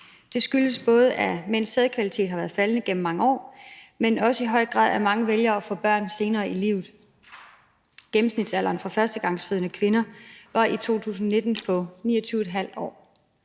Det skyldes både, at mænds sædkvalitet har været faldende gennem mange år, men også i høj grad, at mange vælger at få børn senere i livet. Gennemsnitsalderen for førstegangsfødende kvinder var i 2019 på 29,5 år.